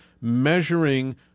measuring